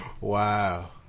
Wow